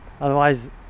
Otherwise